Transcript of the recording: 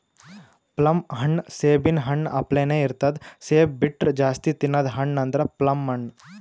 plum ಹಣ್ಣ್ ಸೇಬಿನ್ ಹಣ್ಣ ಅಪ್ಲೆನೇ ಇರ್ತದ್ ಸೇಬ್ ಬಿಟ್ರ್ ಜಾಸ್ತಿ ತಿನದ್ ಹಣ್ಣ್ ಅಂದ್ರ ಪ್ಲಮ್ ಹಣ್ಣ್